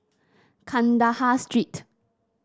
Kandahar Street